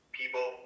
people